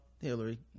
Hillary